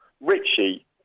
Richie